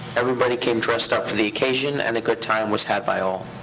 everybody came dressed up for the occasion, and a good time was had by all.